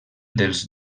dels